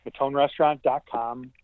matonerestaurant.com